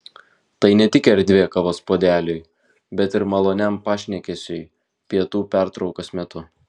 tai ne tik erdvė kavos puodeliui bet ir maloniam pašnekesiui pietų pertraukos metu